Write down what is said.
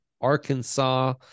Arkansas